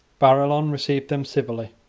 barillon received them civilly.